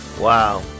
Wow